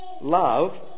Love